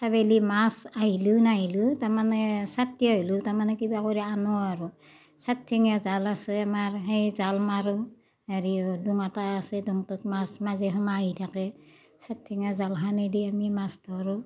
চাই পেলি মাছ আহিলেও নাহিলেও তাৰমানে চাতকে হ'লেও তাৰমানে কিবা কৰি আনোঁ আৰু চাৰিঠেঙীয়া জাল আছে আমাৰ সেই জাল মাৰোঁ হেৰি ডুম এটা আছে ডুমটোত মাছ মাজে সময়ে আহি থাকে চাৰিঠেঙীয়া জালখনেদি আমি মাছ ধৰোঁ